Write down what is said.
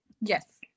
Yes